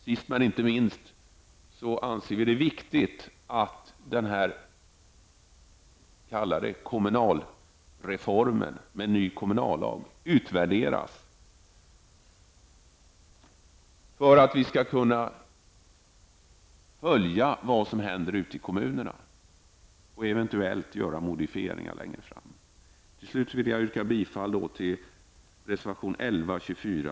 Sist men inte minst anser vi det viktigt att -- kalla den så -- kommunalreformen med den nya kommunallagen skall utvärderas för att vi skall kunna följa upp vad som händer ute i kommunerna och eventuellt göra modifieringar längre fram. Till slut yrkar jag bifall till reservationerna 11, 24,